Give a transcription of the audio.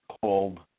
called